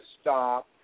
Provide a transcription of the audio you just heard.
stop